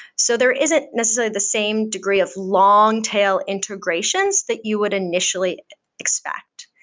so there isn't necessarily the same degree of long-tail integrations that you would initially expect.